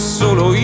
solo